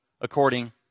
according